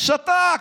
שתק,